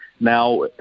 Now